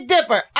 Dipper